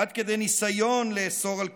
עד כדי ניסיון לאסור על קיומן,